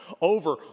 over